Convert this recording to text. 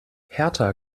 hertha